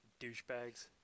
douchebags